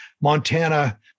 Montana